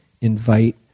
invite